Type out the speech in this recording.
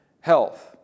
health